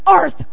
earth